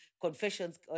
confessions